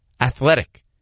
athletic